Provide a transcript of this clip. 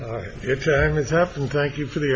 and thank you for the